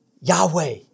Yahweh